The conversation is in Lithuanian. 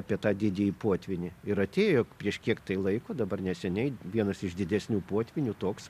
apie tą didįjį potvynį ir atėjo prieš kiek laiko dabar neseniai vienas iš didesnių potvynių toks